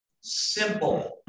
simple